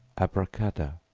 abracada,